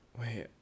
Wait